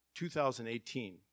2018